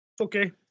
Okay